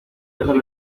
dejar